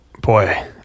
boy